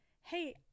hey